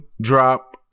drop